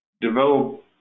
develop